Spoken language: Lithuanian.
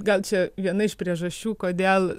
gal čia viena iš priežasčių kodėl